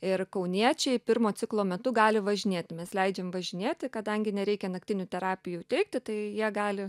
ir kauniečiai pirmo ciklo metu gali važinėti mes leidžiam važinėti kadangi nereikia naktinių terapijų teikti tai jie gali